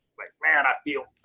like man i feel,